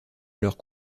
leurs